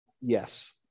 Yes